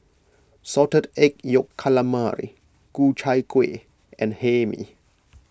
Salted Egg Yolk Calamari Ku Chai Kuih and Hae Mee